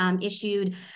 issued